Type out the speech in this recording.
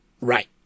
Right